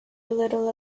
little